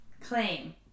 claim